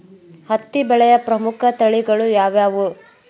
ಹತ್ತಿ ಬೆಳೆಯ ಪ್ರಮುಖ ತಳಿಗಳು ಯಾವ್ಯಾವು?